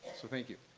so thank you.